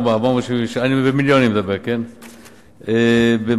74 מיליון ו-477,279 ש"ח,